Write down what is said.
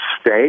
state